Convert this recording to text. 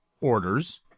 orders